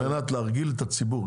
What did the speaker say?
על מנת להרגיל את הציבור.